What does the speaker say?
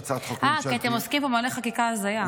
אה, כי אתם עוסקים פה במלא חקיקה הזיה.